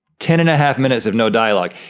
ten and a half minutes of no dialogue,